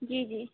जी जी